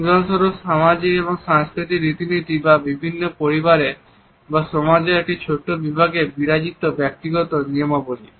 উদাহরণস্বরূপ সামাজিক বা সাংস্কৃতিক রীতিনীতি বা বিভিন্ন পরিবারে বা সমাজের একটি ছোট্ট বিভাগে বিরাজিত ব্যক্তিগত নিয়মাবলী